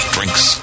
Drinks